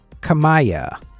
Kamaya